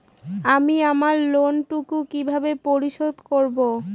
আমি আমার লোন টুকু কিভাবে পরিশোধ করব?